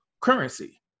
currency